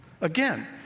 Again